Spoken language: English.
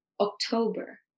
October